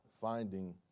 Finding